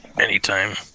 anytime